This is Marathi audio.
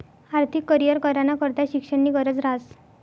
आर्थिक करीयर कराना करता शिक्षणनी गरज ह्रास